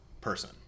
person